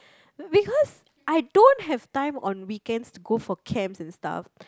because I don't have time on weekends to go for camps and stuff